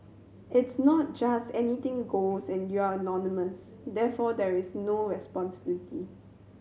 it's not just anything goes and you're anonymous therefore there is no responsibility